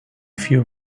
few